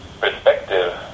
perspective